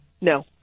No